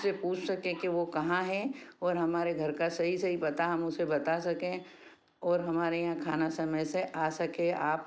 उसे पूछ सकें कि वो कहाँ है और हमारे घर का सही सही पता हम उसे बता सकें और हमारे यहाँ खाना समय से आ सके आप